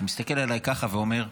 אז הוא מסתכל עליי ככה ואומר: